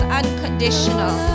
unconditional